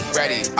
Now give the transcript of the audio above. ready